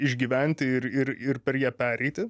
išgyventi ir ir ir per ją pereiti